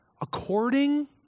According